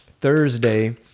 Thursday